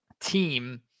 team